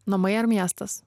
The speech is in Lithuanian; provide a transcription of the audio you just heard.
namai ar miestas